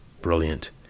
Brilliant